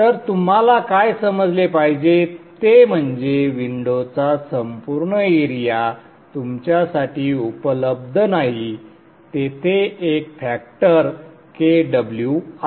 तर तुम्हाला काय समजले पाहिजे ते म्हणजे विंडोचा संपूर्ण एरिया तुमच्यासाठी उपलब्ध नाही तेथे एक फॅक्टर Kw आहे